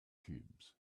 cubes